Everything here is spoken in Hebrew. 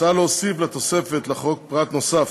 מוצע להוסיף לתוספת לחוק פרט נוסף,